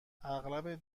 اغلب